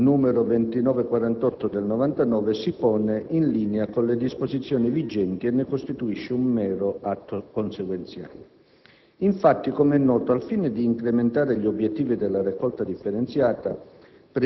n. 2948 del 1999, si pone in linea con le disposizioni vigenti e ne costituisce un mero atto consequenziale. Infatti, com'è noto, al fine di incrementare gli obiettivi della raccolta differenziata